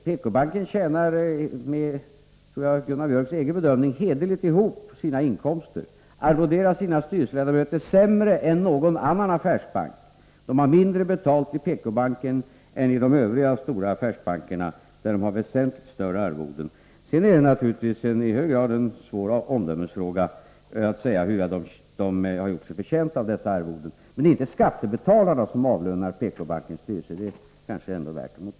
PK-banken tjänar — jag tror att det också är Gunnar Biörcks bedömning — hederligt ihop sina inkomster. PK-banken arvoderar dessutom sina styrelseledamöter sämre än någon annan affärsbank. I de övriga stora affärsbankerna har styrelseledamöterna väsentligt högre arvoden. Det är naturligtvis i hög grad en svår omdömesfråga att säga huruvida PK-bankens styrelseledamöter har gjort sig förtjänta av dessa arvoden. Men det är inte skattebetalarna som avlönar PK-bankens styrelse. Det är kanske ändå värt att notera.